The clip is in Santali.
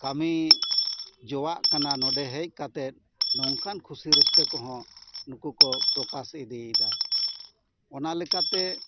ᱠᱟᱹᱢᱤ ᱡᱚᱣᱟᱜ ᱠᱟᱱᱟ ᱱᱚᱰᱮ ᱦᱮᱡ ᱠᱟᱛᱮᱫ ᱱᱚᱝᱠᱟᱱ ᱠᱩᱥᱤ ᱨᱟᱹᱥᱠᱟᱹ ᱠᱚᱦᱚᱸ ᱱᱩᱠᱩ ᱠᱚ ᱯᱨᱚᱠᱟᱥ ᱤᱫᱤᱭᱮᱫᱟ ᱚᱱᱟ ᱞᱮᱠᱟ ᱛᱮ